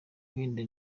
wenda